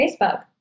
Facebook